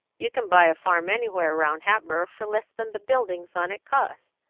you can buy a farm anywhere round hatboro' for less than the buildings on it cost.